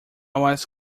was